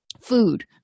food